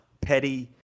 petty